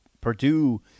Purdue